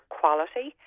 quality